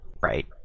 Right